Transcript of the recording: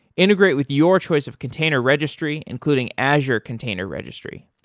integrate with your choice of container registry, including azure container registry.